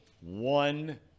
one